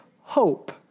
hope